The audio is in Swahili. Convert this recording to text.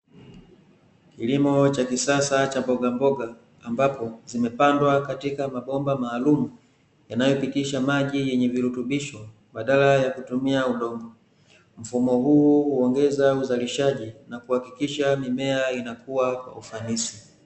Kilimo cha kisasa cha mbogamboga ambapo zimepandwa katika mabomba maalum yanayopitisha maji yenye virutubisho badala ya kutumia udongo. Mfumo huu huongeza uzalishaji na kuhakikisha mimea inakua kwa ufanisi.